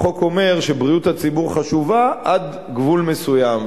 החוק אומר שבריאות הציבור חשובה עד גבול מסוים,